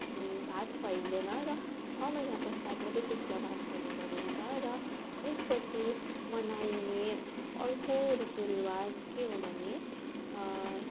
भात खुवाइँदैन र छ महिना पश्चात मात्रै शिशुलाई भात खुवाइने गरिन्छ र त्यसपछि मनाइने अर्को रीतिरिवाज के हो भने